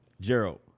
Gerald